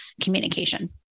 communication